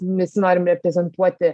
visi norim reprezentuoti